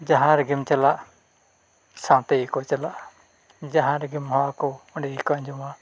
ᱡᱟᱦᱟᱸ ᱨᱮᱜᱮᱢ ᱪᱟᱞᱟᱜ ᱥᱟᱶᱛᱮ ᱜᱮᱠᱚ ᱪᱟᱞᱟᱜᱼᱟ ᱡᱟᱦᱟᱸ ᱨᱮᱜᱮᱢ ᱦᱚᱦᱚ ᱟᱠᱚ ᱚᱸᱰᱮ ᱜᱮᱠᱚ ᱟᱸᱡᱚᱢᱟ